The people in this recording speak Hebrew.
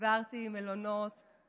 דיברתי עם אנשים,